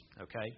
Okay